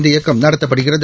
இந்த இயக்கம் நடத்தப்படுகிறது